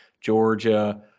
Georgia